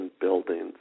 buildings